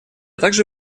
также